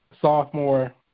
sophomore